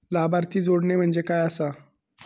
लाभार्थी जोडणे म्हणजे काय आसा?